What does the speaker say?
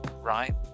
right